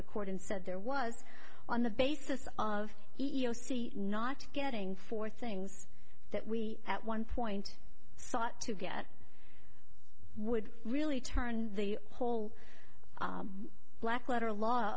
the court and said there was on the basis of e e o c not getting for things that we at one point sought to get would really turn the whole black letter law